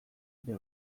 ere